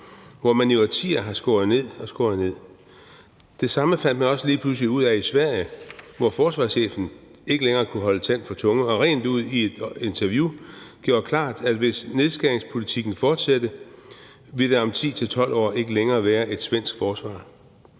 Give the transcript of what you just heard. hvor man i årtier har skåret ned og skåret ned. Det samme fandt man også lige pludselig ud af i Sverige, hvor forsvarschefen ikke længere kunne holde tand for tunge og rent ud i et interview gjorde klart, at hvis nedskæringspolitikken fortsatte, ville der om 10-12 år ikke længere være et svensk forsvar.